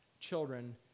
children